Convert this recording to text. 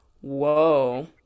whoa